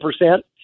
percent